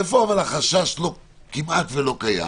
אבל איפה החשש כמעט לא קיים